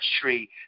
tree